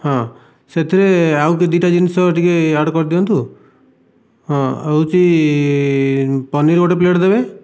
ହଁ ସେଥିରେ ଆଉ ଦୁଇ ତିନିଟା ଜିନଷ ଟିକିଏ ଆଡ଼ କରି ଦିଅନ୍ତୁ ହଁ ହେଉଛି ପନୀର ଗୋଟିଏ ପ୍ଲେଟ ଦେବେ